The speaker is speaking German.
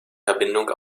verbindung